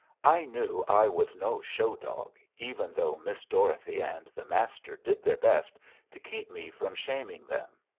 i knew i was no show dog, even though miss dorothy and the master did their best to keep me from shaming them.